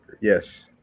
yes